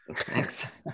Thanks